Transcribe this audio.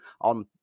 on